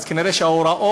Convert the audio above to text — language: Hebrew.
אז כנראה ההוראות